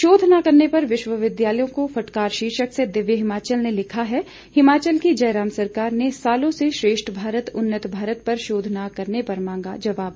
शोध न करने पर विश्वविद्यालयों को फटकार शीर्षक से दिव्य हिमाचल ने लिखा है हिमाचल की जयराम सरकार ने सालों से श्रेष्ठ भारत उन्नत भारत पर शोध न करने पर मांगा जवाब